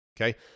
okay